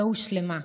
לא הושלמה,